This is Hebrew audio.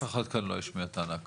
לא, אף אחד כאן לא השמיע טענה כזאת.